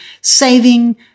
saving